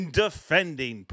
defending